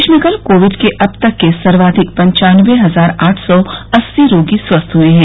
देश में कल कोविड के अब तक के सर्वाधिक पन्चानबे हजार आठ सौ अस्सी रोगी स्वस्थ हुए हैं